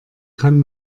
kann